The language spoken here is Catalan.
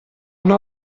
una